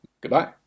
goodbye